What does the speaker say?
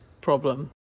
problem